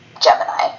Gemini